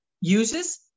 uses